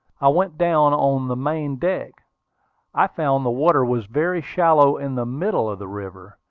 i went down on the main-deck. i found the water was very shallow in the middle of the river,